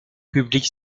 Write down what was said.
publique